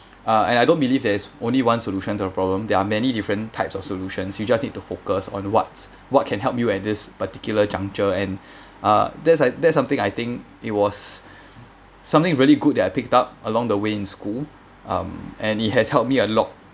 uh and I don't believe there's only one solution to the problem there are many different types of solutions you just need to focus on what's what can help you at this particular juncture and uh that's I that's something I think it was something really good that I picked up along the way in school um and it has helped me a lot